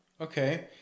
okay